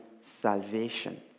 salvation